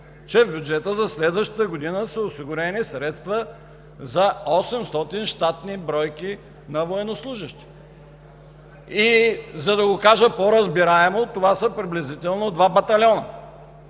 че с бюджета за следващата година са осигурени средства за 800 щатни бройки на военнослужещи. И за да го кажа по-разбираемо, това са приблизително два батальона.